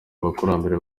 abakurambere